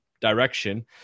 direction